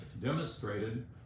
demonstrated